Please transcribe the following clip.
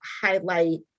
highlight